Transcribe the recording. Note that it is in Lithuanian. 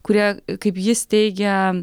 kurie kaip jis teigia